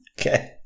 Okay